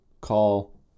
call